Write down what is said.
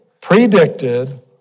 predicted